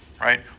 right